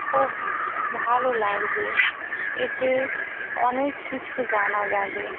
খুব ভালো লাগবে এতে অনেক কিছু জানা যাবে